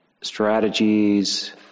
strategies